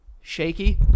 shaky